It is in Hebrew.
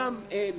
גם אין